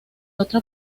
otra